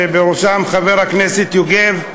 ובראשם חבר הכנסת יוגב,